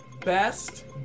Best